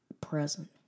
present